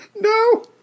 No